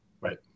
Right